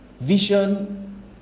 Vision